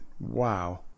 Wow